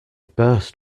burst